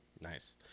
Nice